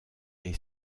est